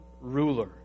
ruler